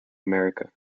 america